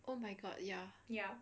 oh my god ya